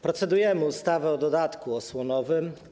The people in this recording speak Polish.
Procedujemy nad ustawą o dodatku osłonowym.